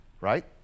Right